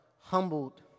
humbled